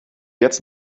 jetzt